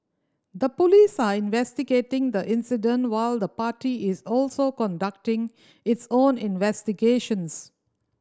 the police are investigating the incident while the party is also conducting its own investigations